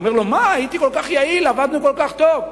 אומר לו: מה, הייתי כל כך יעיל, עבדנו כל כך טוב.